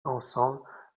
ensemble